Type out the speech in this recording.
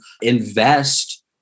invest